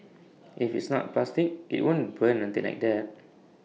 if it's not plastic IT won't burn until like that